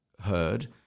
heard